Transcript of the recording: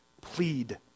plead